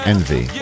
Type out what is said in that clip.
Envy